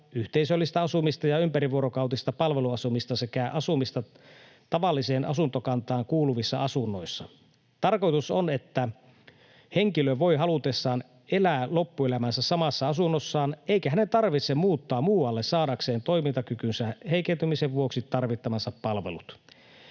yhteisöllistä asumista ja ympärivuorokautista palveluasumista sekä asumista tavalliseen asuntokantaan kuuluvissa asunnoissa. Tarkoitus on, että henkilö voi halutessaan elää loppuelämänsä samassa asunnossaan eikä hänen tarvitse muuttaa muualle saadakseen toimintakykynsä heikentymisen vuoksi tarvitsemansa palvelut.